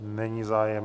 Není zájem.